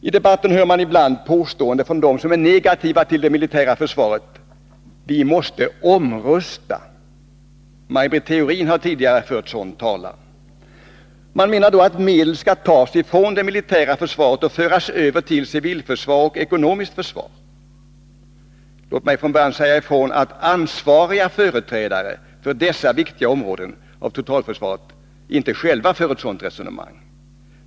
I debatten hör man ibland påståenden från dem som är negativa till det militära försvaret att vi måste ”omrusta”. Maj Britt Theorin har tidigare fört sådan talan. Man menar då att medel skall tas från det militära försvaret och föras över till civilförsvar och ekonomiskt försvar. Låt mig från början säga ifrån att ansvariga företrädare för dessa viktiga områden av totalförsvaret inte själva för ett sådant resonemang.